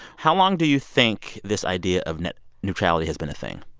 how long do you think this idea of net neutrality has been a thing?